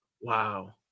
Wow